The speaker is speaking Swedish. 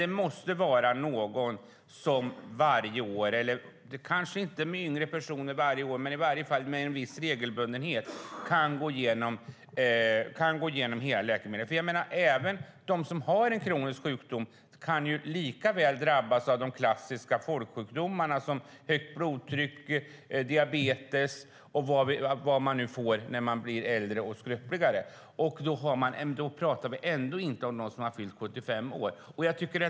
Det måste dock vara någon som med viss regelbundenhet går igenom läkemedlen. De som har en kronisk sjukdom kan även drabbas av de klassiska folksjukdomarna högt blodtryck, diabetes och så vidare som man kan få när man blir äldre och skröpligare. Det gäller även dem som inte har fyllt 75 år.